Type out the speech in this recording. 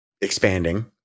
expanding